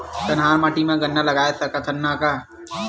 कन्हार माटी म गन्ना लगय सकथ न का?